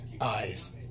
Eyes